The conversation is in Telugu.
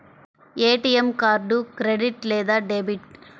ఏ.టీ.ఎం కార్డు క్రెడిట్ లేదా డెబిట్?